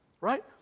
Right